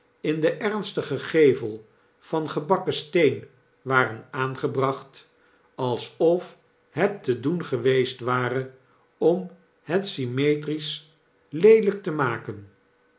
in den ernstigen gevel van gebakken steen waren aangebracht alsof het te doen geweest ware om het symmetrisch leelqk te maken